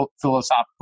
philosophical